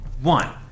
One